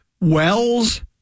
Wells